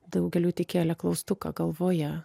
daugeliui tik kelia klaustuką galvoje